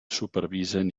supervisen